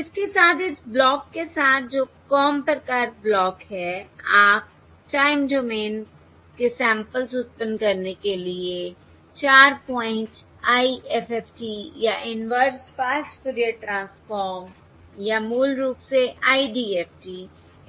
और इसके साथ इस ब्लॉक के साथ जो कॉम प्रकार ब्लॉक है आप टाइम डोमेन के सैंपल्स उत्पन्न करने के लिए 4 पॉइंट IFFT या इनवर्स फास्ट फूरियर ट्रांसफॉर्म या मूल रूप से IDFT